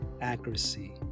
accuracy